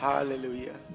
Hallelujah